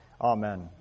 Amen